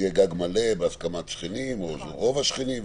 יהיה גג מלא בהסכמת שכנים או של רוב השכנים,